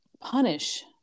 punish